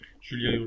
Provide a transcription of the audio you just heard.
Julien